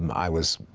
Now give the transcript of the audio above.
um i was